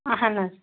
اَہن حظ